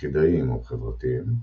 יחידאיים או חברתיים,